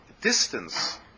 distance